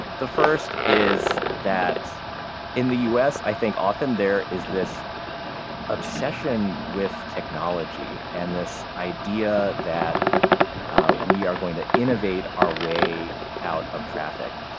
the first is that in the us i think often there is this obsession with technology and this idea that we are going to innovate our way out of traffic.